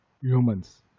humans